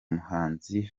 muhanzi